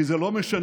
כי זה לא משנה